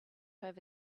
over